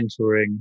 mentoring